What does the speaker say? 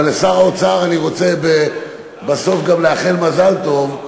אבל לשר האוצר אני רוצה בסוף גם לאחל מזל טוב,